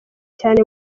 cyane